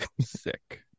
Sick